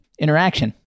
interaction